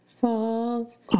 falls